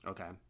Okay